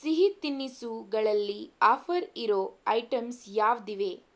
ಸಿಹಿ ತಿನಿಸುಗಳಲ್ಲಿ ಆಫರ್ ಇರೋ ಐಟಂಸ್ ಯಾವುದಿವೆ